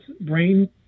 brain